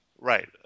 right